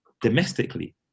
domestically